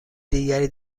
دیگری